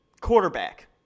quarterback